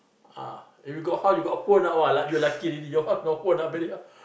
ah if you got how you got phone ah you lucky already you have no phone ah very hard